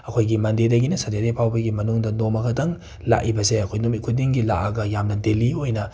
ꯑꯈꯣꯏꯒꯤ ꯃꯟꯗꯦꯗꯒꯤꯅ ꯁꯇꯗꯦ ꯐꯥꯎꯕꯒꯤ ꯃꯅꯨꯡꯗ ꯅꯣꯡꯃ ꯈꯛꯇꯪ ꯂꯥꯡꯏꯕꯁꯦ ꯑꯈꯣꯏ ꯅꯨꯃꯤꯠ ꯈꯨꯗꯤꯡꯒꯤ ꯂꯥꯛꯑꯒ ꯌꯥꯝꯅ ꯗꯦꯂꯤ ꯑꯣꯏꯅ